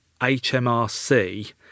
HMRC